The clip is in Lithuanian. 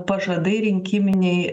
pažadai rinkiminiai